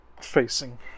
facing